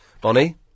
Bonnie